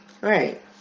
Right